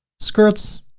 skirts